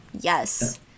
Yes